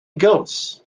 ghosts